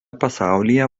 pasaulyje